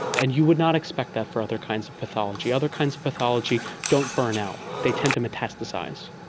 and you would not expect that for other kinds of pathology. other kinds of pathology don't burn out, they tend to metastasise.